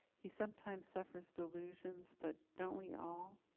he sometimes suffers delusions, but don't we all?